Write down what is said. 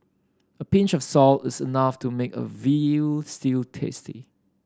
a pinch of salt is enough to make a veal stew tasty